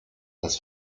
das